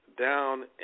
down